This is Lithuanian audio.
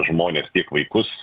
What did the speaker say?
žmones tiek vaikus